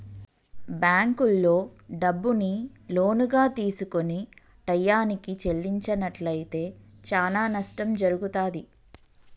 బ్యేంకుల్లో డబ్బుని లోనుగా తీసుకొని టైయ్యానికి చెల్లించనట్లయితే చానా నష్టం జరుగుతాది